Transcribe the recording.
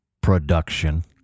production